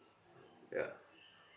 ya